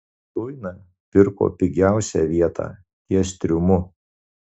stuina pirko pigiausią vietą ties triumu